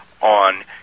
on